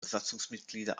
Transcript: besatzungsmitglieder